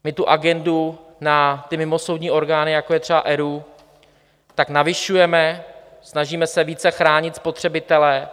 My tu agendu na ty mimosoudní orgány, jako je třeba ERÚ, tak navyšujeme, snažíme se více chránit spotřebitele.